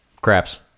Craps